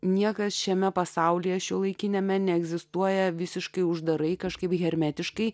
niekas šiame pasaulyje šiuolaikiniame neegzistuoja visiškai uždarai kažkaip hermetiškai